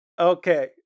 Okay